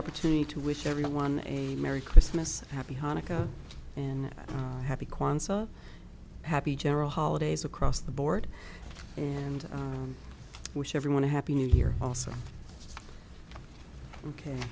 opportunity to wish everyone a merry christmas happy hanukkah and happy kwanzaa happy general holidays across the board and wish everyone a happy new year also ok